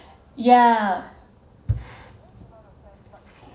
yeah